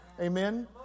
amen